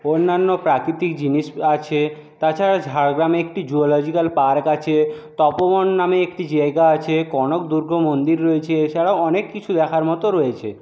অন্যান্য প্রাকৃতিক জিনিস আছে তাছাড়া ঝাড়গ্রামে একটি জুওলজিক্যাল পার্ক আছে তপোবন নামে একটি জায়গা আছে কনকদুর্গ মন্দির রয়েছে এছাড়াও অনেক কিছু দেখার মতো রয়েছে